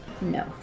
No